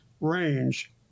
range